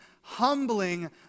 humbling